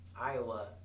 Iowa